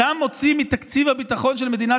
אתה מוציא מתקציב הביטחון של מדינת